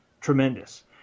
tremendous